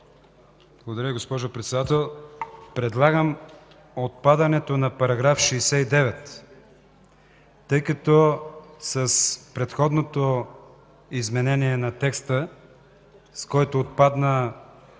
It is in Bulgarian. Благодаря, госпожо председател. Предлагам отпадането на § 69, тъй като с предходното изменение на текста, с който отпадна